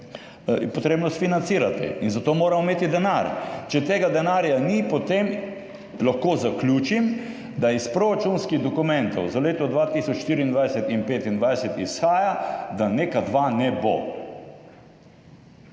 že financirati in zato moramo imeti denar. Če tega denarja ni, potem lahko zaključim, da iz proračunskih dokumentov za leto 2024 in 2025 izhaja, da ne bo